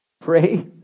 Pray